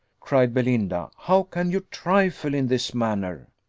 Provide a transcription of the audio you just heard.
cried belinda, how can you trifle in this manner?